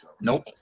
Nope